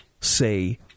say